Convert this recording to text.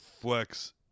flex